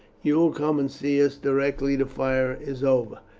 you will come and see us directly the fire is over,